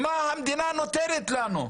מה המדינה נותנת לנו?